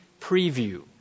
preview